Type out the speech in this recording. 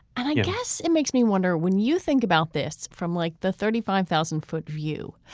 and i guess it makes me wonder when you think about this from like the thirty five thousand foot view